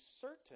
certain